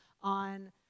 on